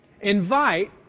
Invite